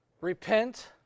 Repent